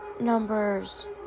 numbers